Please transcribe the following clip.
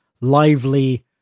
lively